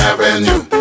Avenue